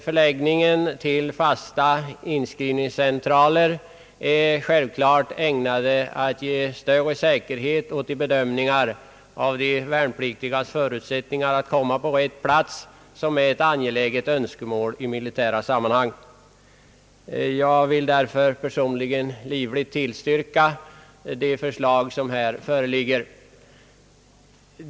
Förläggningen till fas ta inskrivningscentraler är självklart ägnad att ge större säkerhet åt de bedömningar av de värnpliktigas förutsättningar att komma på rätt plats som är ett angeläget önskemål i militära sammanhang. Jag vill därför personligen livligt tillstyrka det förslag som här föreligger.